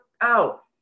out